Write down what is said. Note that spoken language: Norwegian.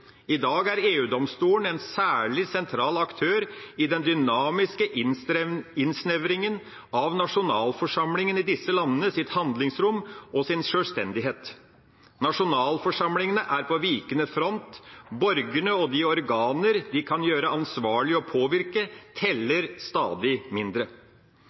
I dag er EU-domstolen en særlig sentral aktør i den dynamiske innsnevringa av handlingsrommet og sjølstendigheten til nasjonalforsamlingene i disse landene. Nasjonalforsamlingene er på vikende front. Borgerne og de organer de kan gjøre ansvarlig og påvirke, teller stadig mindre.